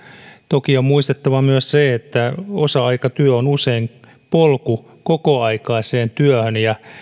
toki on muistettava myös se että osa aikatyö on usein polku kokoaikaiseen työhön ja